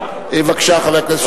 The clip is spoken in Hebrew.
הרווחה והבריאות,